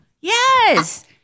Yes